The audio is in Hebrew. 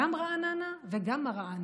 גם רעננה וגם מראענה.